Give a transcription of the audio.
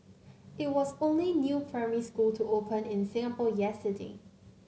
it was the only new primary school to open in Singapore yesterday